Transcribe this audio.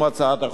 תודה רבה.